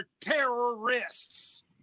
terrorists